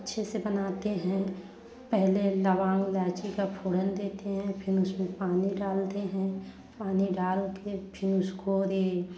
अच्छे से बनाते हैं पहले लौंग इलाईची का फोरन देते हैं फिर उसमें पानी डालते हैं पानी डाल के फिर उसको दे